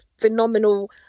phenomenal